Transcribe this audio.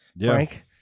frank